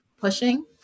pushing